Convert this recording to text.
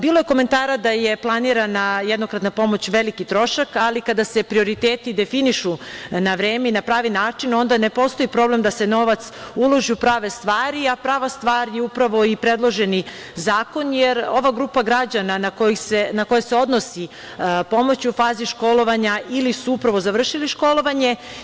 Bilo je komentara da je planirana jednokratna pomoć veliki trošak, ali kada se prioriteti definišu na vreme i na pravi način, onda ne postoji problem da se novac uloži u prave stvari, a prava stvar je upravo i predloženi zakon, jer ova grupa građana, na koje se odnosi pomoć, je u fazi školovanja ili su upravo završili školovanje.